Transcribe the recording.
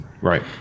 Right